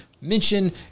mention